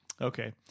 Okay